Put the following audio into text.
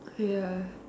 ya